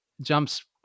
jumps